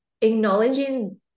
acknowledging